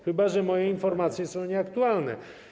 Chyba że moje informacje są nieaktualne.